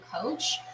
coach